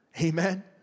Amen